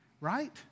Right